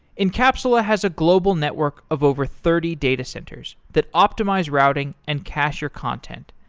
encapsula has a global network of over thirty datacenters that optimize routing and cacher content,